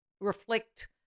reflect